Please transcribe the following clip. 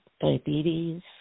diabetes